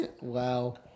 Wow